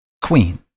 queen